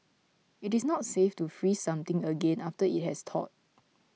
it is not safe to freeze something again after it has thawed